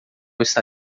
está